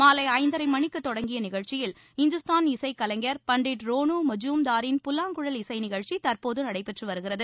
மாலைஐந்தரைமணிக்குதொடங்கியநிகழ்ச்சியில் இந்துஸ்தான் இசைக் கலைஞர் பண்ட் ரோணுமஜூம்தாரின் புல்லாங்குழல் இசைநிகழ்ச்சிதற்போதுநடைபெற்றுவருகிறது